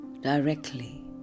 directly